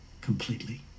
completely